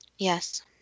Yes